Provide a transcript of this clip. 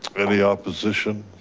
any opposition?